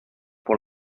pour